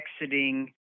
exiting